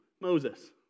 Moses